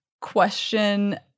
question